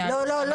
אנחנו לא